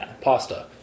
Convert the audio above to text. pasta